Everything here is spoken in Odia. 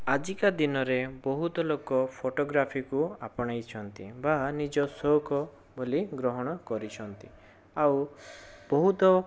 ଆଜିକା ଦିନରେ ବହୁତ ଲୋକ ଫଟୋଗ୍ରାଫିକୁ ଆପଣେଇଛନ୍ତି ବା ନିଜ ସୋଉକ ବୋଲି ଗ୍ରହଣ କରିଛନ୍ତି ଆଉ ବହୁତ